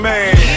Man